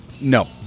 No